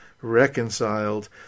reconciled